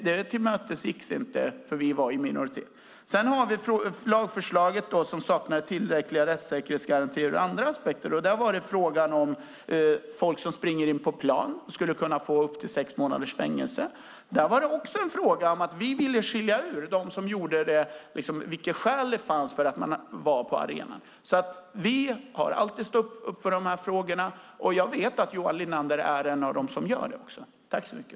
Vi tillmötesgicks inte, för vi var i minoritet. Sedan saknar lagförslaget tillräckliga rättssäkerhetsgarantier ur andra aspekter. Där var frågan om folk som springer in på plan skulle kunna få upp till sex månaders fängelse. Vi ville att man skulle skilja ut dem som gjorde det och skälet för att de var på arenan. Vi har alltid stått upp för de här frågorna. Och jag vet att också Johan Linander är en av dem som gör det.